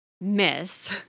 miss